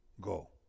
Go